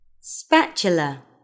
Spatula